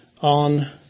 on